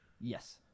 Yes